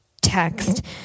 text